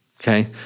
Okay